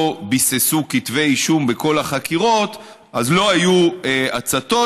ביססו כתבי אישום בכל החקירות אז לא היו הצתות,